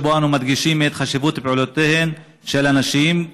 שבו אנו מדגישים את חשיבות פעולותיהן של הנשים,